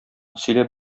сөйләп